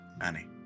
Annie